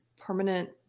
permanent